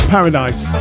Paradise